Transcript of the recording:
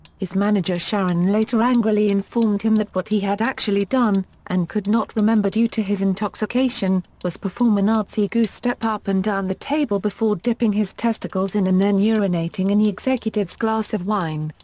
his manager sharon later angrily informed him that what he had actually done, and could not remember due to his intoxication, was perform a nazi goose-step up and down the table before dipping his testicles in and then urinating in the executive's glass of wine.